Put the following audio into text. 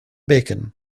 bacon